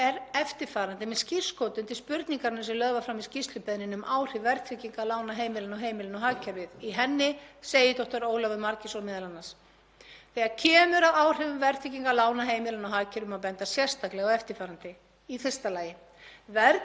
„Þegar kemur að áhrifum verðtryggingar lána heimilanna á hagkerfið má benda sérstaklega á eftirfarandi: Í fyrsta lagi: Verðtryggð lán, líkt og önnur lán með neikvæðum afborgunum, auka hættuna á fjármálalegum óstöðugleika vegna aukins hlutfalls spákaupmennsku lántaka meðal lántaka í hagkerfinu.